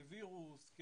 כווירוס,